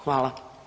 Hvala.